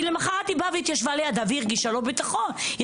למחרת התיישבה לידה והסטודנטית הרגישה לא בטוחה.